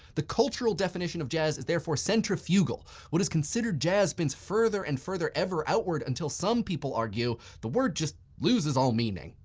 the cultural definition of jazz is therefore centrifugal. what is considered jazz spins further and further ever outward, until some people argue the word just loses all meaning.